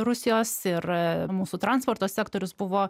rusijos ir mūsų transporto sektorius buvo